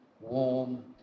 warm